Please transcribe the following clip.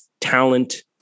talent